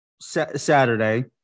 Saturday